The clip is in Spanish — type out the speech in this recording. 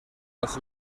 las